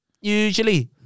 Usually